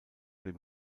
dem